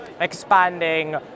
expanding